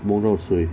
梦到谁